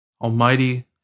Almighty